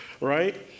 right